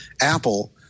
Apple